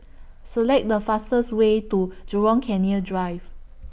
Select The fastest Way to Jurong Canal Drive